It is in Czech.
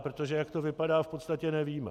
Protože jak to vypadá, v podstatě nevíme.